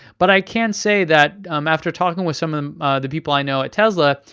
but i can say that um after talking with some of the people i know at tesla,